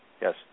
yes